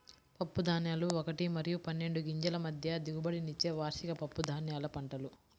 పప్పుధాన్యాలు ఒకటి మరియు పన్నెండు గింజల మధ్య దిగుబడినిచ్చే వార్షిక పప్పుధాన్యాల పంటలు